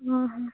ହୁଁ ହୁଁ